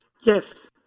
Yes